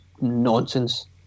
nonsense